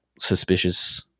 suspicious